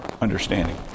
understanding